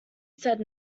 said